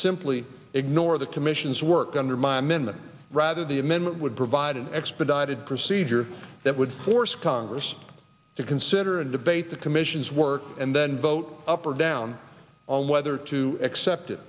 simply ignore the commission's work under my amendment rather the amendment would provide an expedited procedure that would force congress to consider and debate the commission's work and then vote up or down on whether to accept it